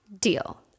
Deal